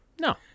no